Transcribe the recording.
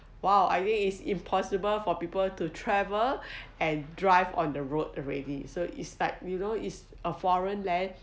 !wow! are you impossible for people to travel and drive on the road already so it's like you know is a foreign land